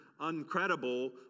uncredible